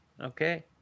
Okay